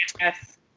Yes